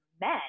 men